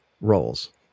roles